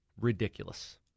ridiculous